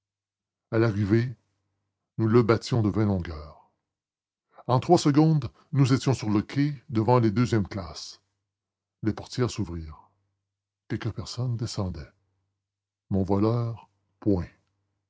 à l'arrivée nous le battions de vingt longueurs en trois secondes nous étions sur le quai devant les deuxièmes classes les portières s'ouvrirent quelques personnes descendaient mon voleur point